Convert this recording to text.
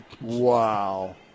Wow